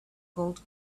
gold